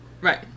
Right